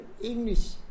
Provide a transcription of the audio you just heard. English